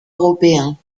européen